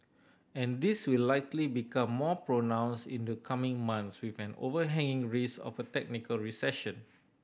and this will likely become more pronounced in the coming months with an overhanging risk of a technical recession